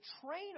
train